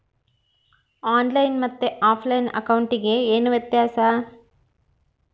On line ಮತ್ತೆ offline ಅಕೌಂಟಿಗೆ ಏನು ವ್ಯತ್ಯಾಸ?